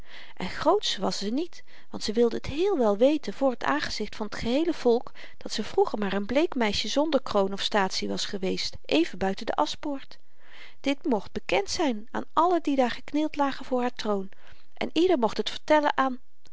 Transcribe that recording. en groots was ze niet want ze wilde t heel wel weten voor t aangezicht van t geheele volk dat ze vroeger maar n bleekmeisje zonder kroon of statie was geweest even buiten de aschpoort dit mocht bekend zyn aan allen die daar geknield lagen voor haar troon en ieder mocht het vertellen aan